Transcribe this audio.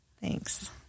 Thanks